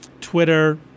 Twitter